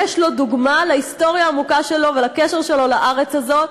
לו דוגמה להיסטוריה שלו ולקשר העמוק שלו לארץ הזאת.